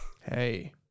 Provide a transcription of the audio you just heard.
Hey